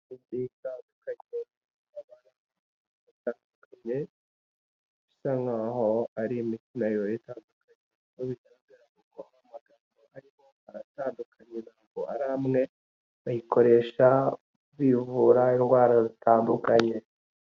Imiti itandukanye, bisa nkaho ari imiti nayo itandukanye, handitseho amagambo ariko aratandukanye ariko biragaragara ko ari imwe, bayikoresha bivura indwara zitandukanye.